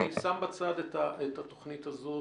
אני שם בצד את התוכנית הזאת.